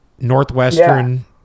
Northwestern